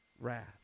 wrath